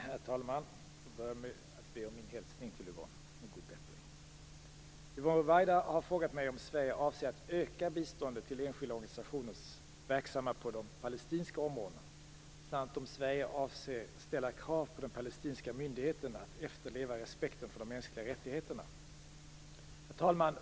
Herr talman! Jag börjar med att be om min hälsning till Yvonne Ruwaida med önskan om god bättring. Herr talman! Yvonne Ruwaida har frågat mig om Sverige avser att öka biståndet till enskilda organisationer verksamma på de palestinska områdena samt om Sverige avser att ställa krav på den palestinska myndigheten att efterleva respekten för de mänskliga rättigheterna. Herr talman!